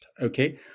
Okay